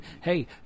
Hey